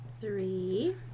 three